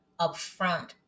upfront